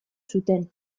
zuten